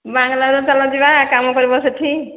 ବାଙ୍ଗଲୋର ଚାଲ ଯିବା କାମ କରିବ ସେଠି